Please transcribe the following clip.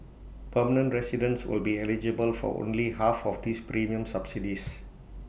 permanent residents will be eligible for only half of these premium subsidies